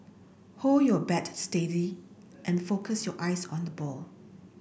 hold your bat steady and focus your eyes on the ball